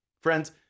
friends